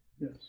Yes